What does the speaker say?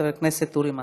חבר הכנסת אורי מקלב.